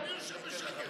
אני יושב בשקט.